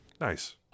Nice